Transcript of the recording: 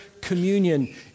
communion